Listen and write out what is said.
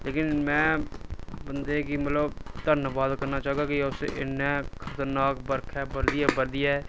लेकिन में बंदे गी धन्यवाद करना चाह्गा कि आपै इनें बर्खा बरदिया बरदिया